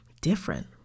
different